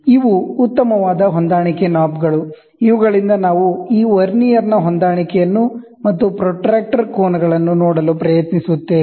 ಇವು ಉತ್ತಮವಾದ ಹೊಂದಾಣಿಕೆ ನಾಬ್ಗಳು ಇವುಗಳಿಂದ ನಾವು ಈ ವರ್ನಿಯರ್ನ ಹೊಂದಾಣಿಕೆಯನ್ನು ಮತ್ತು ಪ್ರೊಟ್ರಾಕ್ಟರ್ ಆಂಗಲ್ ಗಳನ್ನು ನೋಡಲು ಪ್ರಯತ್ನಿಸುತ್ತೇವೆ